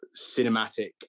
cinematic